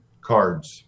cards